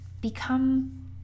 become